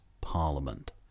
parliament